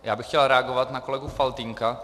Já bych chtěl reagovat na kolegu Faltýnka.